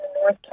North